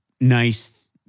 Nice